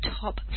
top